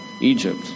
Egypt